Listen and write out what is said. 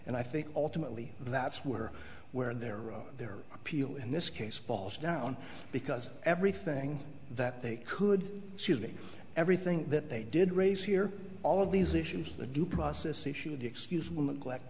and i think ultimately that's where where they're wrong their appeal in this case falls down because everything that they could see is that everything that they did raise here all of these issues the due process issue the excuse women collect